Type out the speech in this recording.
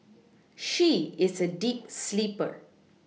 she is a deep sleeper